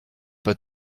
pas